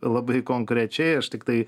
labai konkrečiai aš tiktai